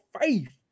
faith